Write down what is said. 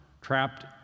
trapped